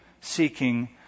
seeking